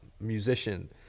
musician